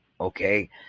okay